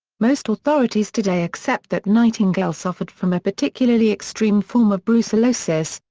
most authorities today accept that nightingale suffered from a particularly extreme form of brucellosis,